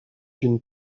une